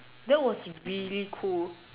that was really cool